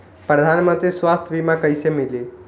प्रधानमंत्री स्वास्थ्य बीमा कइसे मिली?